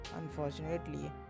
Unfortunately